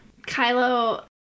Kylo